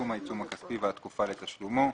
סכום העיצום הכספי, והתקופה לתשלומו.